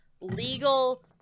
legal